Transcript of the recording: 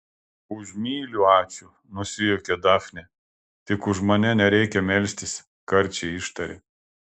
už myliu ačiū nusijuokė dafnė tik už mane nereikia melstis karčiai ištarė